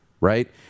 right